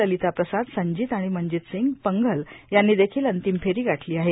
ललिता प्रसाद संजित आणि मंजित सिंग पंघल यांनी देखील अंतिम फेरी गाठली आहे